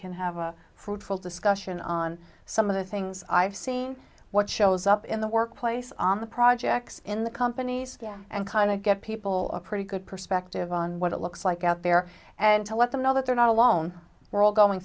can have a fruitful discussion on some of the things i've seen what shows up in the workplace on the projects in the companies and kind of get people of pretty good perspective on what it looks like out there and to let them know that they're not alone we're all going